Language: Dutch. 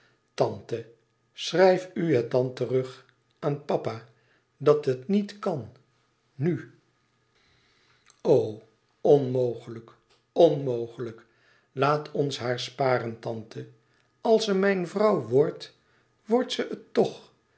tante schrijf u het dan terug aan papa dat het niet kan nu o onmogelijk onmogelijk laat ons haar sparen tante als ze mijn vrouw wordt wordt ze het toch